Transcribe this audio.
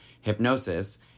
hypnosis